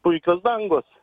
puikios dangos